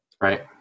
Right